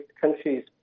countries